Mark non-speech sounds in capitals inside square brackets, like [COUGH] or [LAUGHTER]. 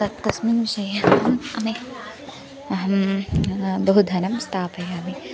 तत् तस्मिन् विषये अहं [UNINTELLIGIBLE] अहं बहु धनं स्थापयामि